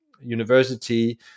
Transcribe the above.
University